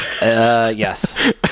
Yes